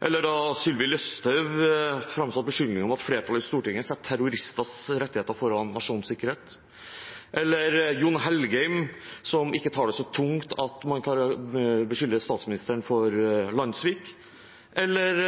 eller da Sylvi Listhaug framsatte beskyldninger om at flertallet i Stortinget setter terroristers rettigheter foran nasjonens sikkerhet, eller Jon Engen-Helgheim, som ikke tar det så tungt at man beskylder statsministeren for landssvik, eller